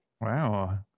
Wow